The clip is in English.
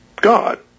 God